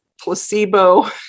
placebo